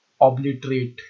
obliterate